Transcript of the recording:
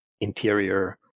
interior